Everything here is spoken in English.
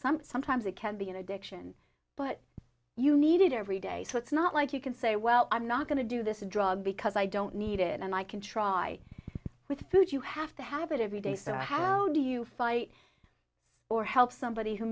something sometimes it can be an addiction but you need it every day so it's not like you can say well i'm not going to do this drug because i don't need it and i can try with food you have to have it every day so how do you fight or help somebody who